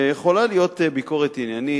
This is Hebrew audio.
יכולה להיות ביקורת עניינית.